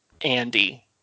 Andy